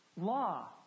law